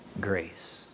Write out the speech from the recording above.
grace